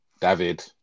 David